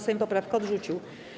Sejm poprawkę odrzucił.